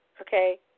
okay